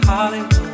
Hollywood